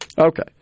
Okay